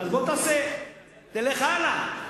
אז תלך הלאה.